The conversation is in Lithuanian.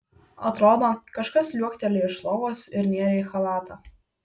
atrodo kažkas liuoktelėjo iš lovos ir nėrė į chalatą